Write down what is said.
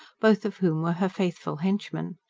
both of whom were her faithful henchmen.